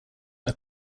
are